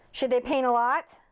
should they paint a lot?